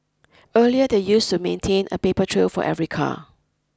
earlier they used to maintain a paper trail for every car